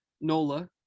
Nola